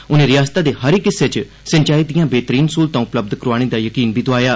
उनें रिआसता दे हर इक हिस्से च सिंचाई दिआ बेहतरीन स्हूलतां उपलब्ध करोआने दा यकीन बी दोआया